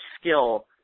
skill